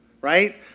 right